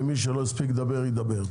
ומי שלא הספיק לדבר ידבר.